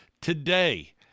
Today